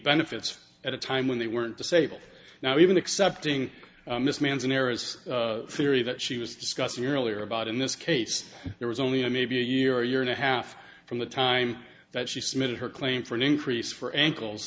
benefits at a time when they weren't disabled now even accepting this means an heiress theory that she was discussing earlier about in this case there was only a maybe a year year and a half from the time that she submitted her claim for an increase for ankles